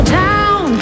down